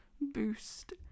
boost